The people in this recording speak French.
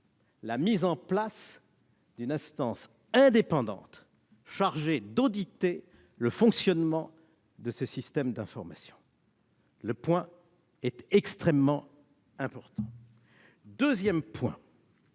la mise en place d'une instance indépendante chargée d'auditer le fonctionnement de ce système d'information. Ce point est extrêmement important. Nous voulons